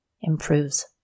Improves